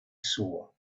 saw